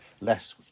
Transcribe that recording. less